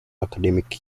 academic